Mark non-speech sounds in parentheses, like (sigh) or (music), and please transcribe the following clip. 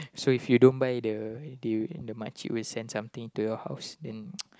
so if you don't the they will makcik will send something to your house then (noise)